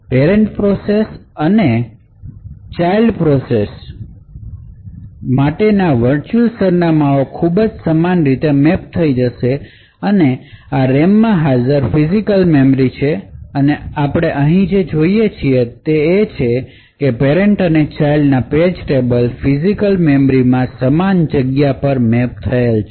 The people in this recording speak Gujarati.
પેરેંટ પ્રોસેસ અને ચાઇલ્ડ પ્રોસેસ માટેના વર્ચ્યુઅલ સરનામાંઓ ખૂબ સમાન રીતે મેપ થઈ જશે આ રેમમાં હાજર ફિજિકલ મેમરી છે અને આપણે અહીં જે જોઈએ છીએ તે છે કે પેરેંટ અને ચાઇલ્ડના પેજ ટેબલ ફિજિકલ મેમરીમાં સમાન જગ્યા પર મૅપ થયેલ છે